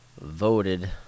voted